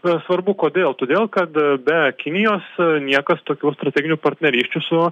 svarbu kodėl todėl kad be kinijos niekas tokių strateginių partnerysčių su